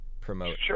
promote